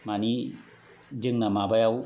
मानि जोंना माबायाव